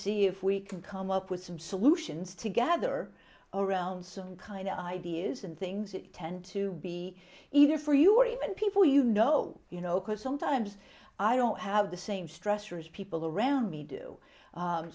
see if we can come up with some solutions together around some kind of ideas and things that tend to be either for you or even people you know you know because sometimes i don't have the same stressors people around me do